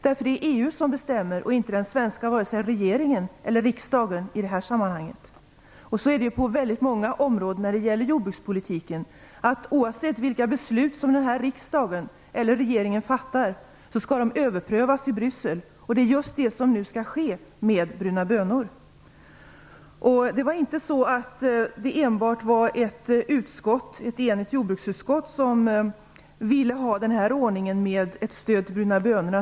Det är EU som bestämmer, och inte vare sig den svenska regeringen eller den svenska riksdagen i detta sammanhang. Så är det på väldigt många områden när det gäller jordbrukspolitiken. Oavsett vilka beslut riksdagen eller regeringen fattar skall de överprövas i Bryssel. Det är just det som nu skall ske med frågan om odling av bruna bönor. Det var inte enbart ett enigt jordbruksutskott som ville ha ett stöd till odling av bruna bönor.